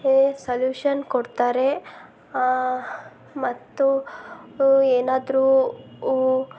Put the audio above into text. ಏ ಸೊಲ್ಯೂಷನ್ ಕೊಡ್ತಾರೆ ಮತ್ತು ಏನಾದರೂ